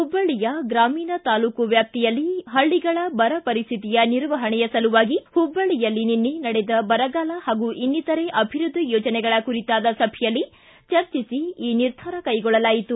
ಹುಬ್ಬಳ್ಳಿಯ ಗ್ರಾಮೀಣ ತಾಲೂಕು ವ್ಯಾಪ್ತಿಯಲ್ಲಿ ಹಳ್ಳಗಳ ಬರಪರಿಸ್ಥಿತಿಯ ನಿರ್ವಹಣೆಯ ಸಲುವಾಗಿ ಹುಬ್ಬಳ್ಳಿಯಲ್ಲಿ ನಿನ್ನೆ ನಡೆದ ಬರಗಾಲ ಹಾಗೂ ಇನ್ನಿತರೆ ಅಭಿವೃದ್ಧಿ ಯೋಜನೆಗಳ ಕುರಿತಾದ ಸಭೆಯಲ್ಲಿ ಚರ್ಚಿಸಿ ನಿರ್ಧಾರ ಕೈಗೊಳ್ಳಲಾಯಿತು